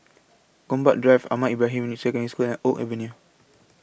Gombak Drive Ahmad Ibrahim Secondary School and Oak Avenue